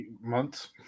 months